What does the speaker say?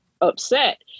upset